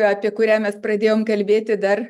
apie kurią mes pradėjom kalbėti dar